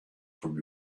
from